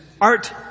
art